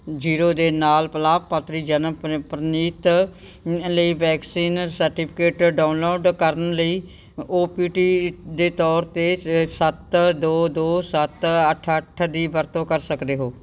zero ਦੇ ਨਾਲ ਲਾਭਪਾਤਰੀ ਜਨਮ ਪਨ ਪ੍ਰਨੀਤ ਲਈ ਵੈਕਸੀਨ ਸਰਟੀਫਿਕੇਟ ਡਾਊਨਲੋਡ ਕਰਨ ਲਈ ਓ ਪੀ ਟੀ ਦੇ ਤੌਰ ਤੇ ਸ ਸੱਤ ਦੋ ਦੋ ਸੱਤ ਅੱਠ ਅੱਠ ਦੀ ਵਰਤੋਂ ਕਰ ਸਕਦੇ ਹੋ